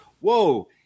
Whoa